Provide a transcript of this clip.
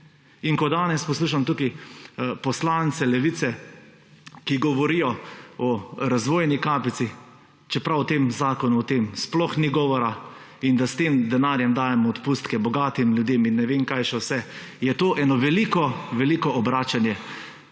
In ko danes poslušam tukaj poslance Levice, ki govorijo o razvojni kapici, čeprav v tem zakonu o tem sploh ni govora, in da s tem denarjem dajemo odpustke bogatim ljudem in ne vem kaj še vse, je to eno veliko veliko obračanje